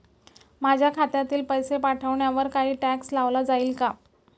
माझ्या खात्यातील पैसे पाठवण्यावर काही टॅक्स लावला जाईल का?